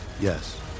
Yes